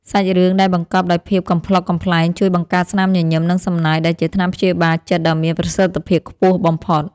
សាច់រឿងដែលបង្កប់ដោយភាពកំប្លុកកំប្លែងជួយបង្កើតស្នាមញញឹមនិងសំណើចដែលជាថ្នាំព្យាបាលចិត្តដ៏មានប្រសិទ្ធភាពខ្ពស់បំផុត។